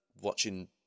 watching